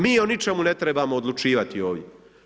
Mi o ničemu ne trebamo odlučivati ovdje.